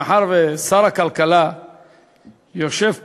מאחר ששר הכלכלה יושב פה,